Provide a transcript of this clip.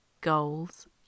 Goals